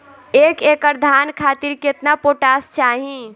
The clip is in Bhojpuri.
एक एकड़ धान खातिर केतना पोटाश चाही?